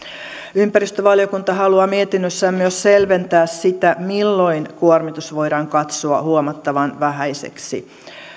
ympäristövaliokunta haluaa mietinnössään myös selventää sitä milloin kuormitus voidaan katsoa huomattavan vähäiseksi